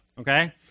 okay